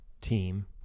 team